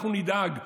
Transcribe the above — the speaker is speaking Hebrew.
אנחנו נדאג,